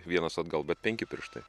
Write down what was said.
vienas atgal bet penki pirštai